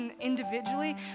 individually